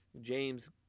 James